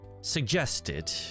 suggested